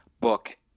book